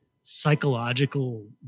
psychological